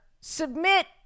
submit